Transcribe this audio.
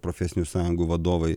profesinių sąjungų vadovai